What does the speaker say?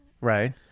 right